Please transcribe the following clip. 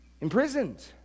imprisoned